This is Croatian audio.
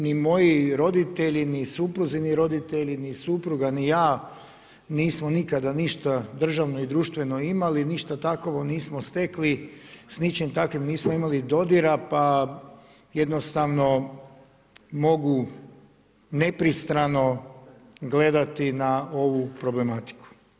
Ni moji roditelji ni suprugini roditelji, ni supruga ni ja, nismo nikada ništa državno ni društveno imali, ništa takvo nismo stekli, s ničim takvim nismo imali dodira pa jednostavno mogu nepristrano gledati na ovu problematiku.